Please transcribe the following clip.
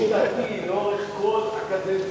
באופן שיטתי, לאורך כל הקדנציה,